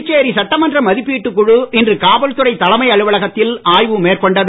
புதுச்சேரி சட்டமன்ற மதிப்பீட்டுக் குழு இன்று காவல்துறை தலைமை அலுவலகத்தில் ஆய்வு மேற்கொண்டது